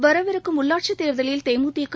வரவிருக்கும் உள்ளாட்சித் தோதலில் தேமுதிக